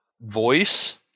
voice